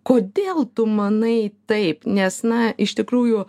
kodėl tu manai taip nes na iš tikrųjų